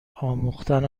آموختن